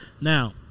Now